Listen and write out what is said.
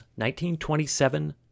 1927